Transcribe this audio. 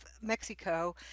Mexico